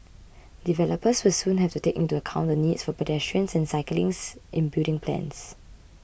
developers will soon have to take into account the needs of pedestrians and cyclists in building plans